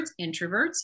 introverts